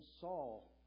Saul